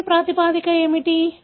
జన్యు ప్రాతిపదిక ఏమిటి